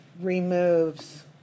removes